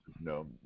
No